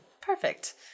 Perfect